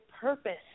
purpose